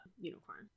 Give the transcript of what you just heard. unicorn